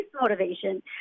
motivation